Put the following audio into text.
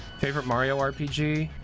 favorite mario rpg?